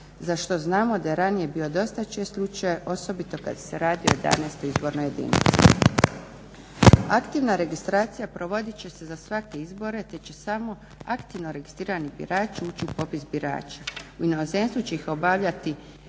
za što znamo da je ranije bio dosta čest slučaj, osobito kad se radi o 11. izbornoj jedinici. Aktivna registracija provodit će se za svake izbore te će samo aktivno registrirani birači ući u popis birača. U inozemstvu će ih obavljati